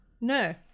No